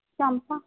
ਚਾਂਪਾਂ